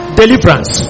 deliverance